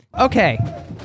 Okay